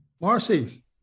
Marcy